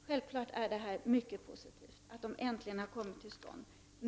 Självfallet är det mycket positivt att förhandlingarna äntligen kommit till stånd.